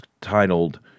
titled